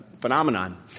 phenomenon